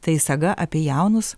tai saga apie jaunus